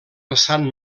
vessant